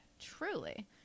truly